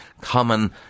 common